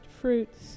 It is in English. fruits